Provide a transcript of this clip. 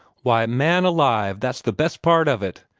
why, man alive, that's the best part of it.